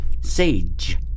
Sage